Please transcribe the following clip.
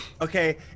Okay